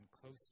close